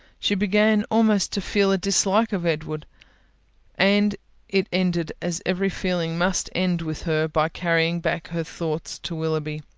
she began almost to feel a dislike of edward and it ended, as every feeling must end with her, by carrying back her thoughts to willoughby,